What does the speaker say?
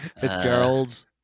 Fitzgeralds